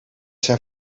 zijn